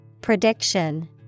Prediction